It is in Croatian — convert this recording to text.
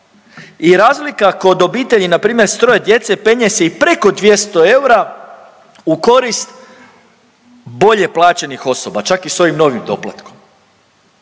I razlika kod obitelji npr. s troje djece penje se i preko 200 eura u korist bolje plaćenih osoba čak i s ovim novim doplatkom.